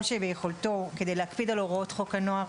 שביכולתו כדי להקפיד על הוראות חוק הנוער,